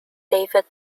david